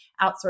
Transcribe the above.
outsource